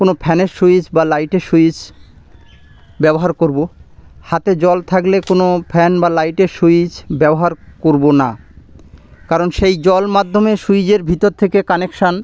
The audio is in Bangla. কোনো ফ্যানের সুইচ বা লাইটের সুইচ ব্যবহার করব হাতে জল থাকলে কোনো ফ্যান বা লাইটের সুইচ ব্যবহার করব না কারণ সেই জল মাধ্যমে সুইচের ভিতর থেকে কানেকশন